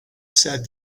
said